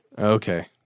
Okay